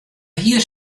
hie